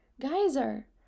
Geyser